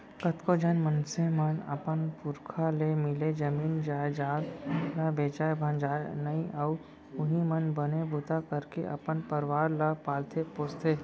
कतको झन मनसे मन अपन पुरखा ले मिले जमीन जयजाद ल बेचय भांजय नइ अउ उहीं म बने बूता करके अपन परवार ल पालथे पोसथे